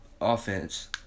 offense